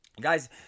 Guys